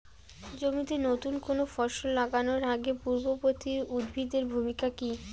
জমিতে নুতন কোনো ফসল লাগানোর আগে পূর্ববর্তী উদ্ভিদ এর ভূমিকা কি?